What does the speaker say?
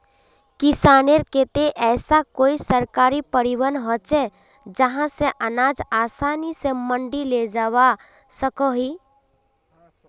किसानेर केते ऐसा कोई सरकारी परिवहन होचे जहा से अनाज आसानी से मंडी लेजवा सकोहो ही?